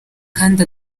kandi